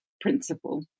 principle